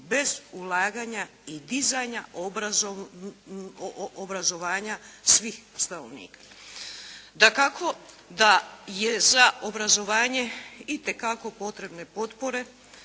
bez ulaganja i dizanja obrazovanja svih stanovnika. Dakako, da je za obrazovanje itekako potrebne potpore.